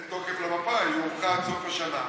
אין תוקף למפה, היא, עד סוף השנה.